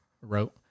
Wrote